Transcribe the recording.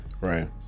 right